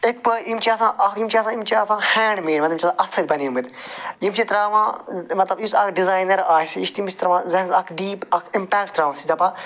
اِتھ پٲ یِم چھِ آسان یِم چھِ آسان یِم چھِ آسان ہینٛڈمیڈ مطلب یِم چھِ آسان اَتھٕ سۭتۍ بنے مٕتۍ یِم چھِ تراوان مطلب یُس اکھ ڈِزاینر آسہِ یُس تٔمِس تراوان زہنس اکھ ڈیٖپ اکھ امپٮ۪کٹ اکھ سُہ چھُ دَپان